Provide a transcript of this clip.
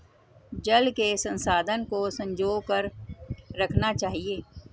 जल के संसाधन को संजो कर रखना चाहिए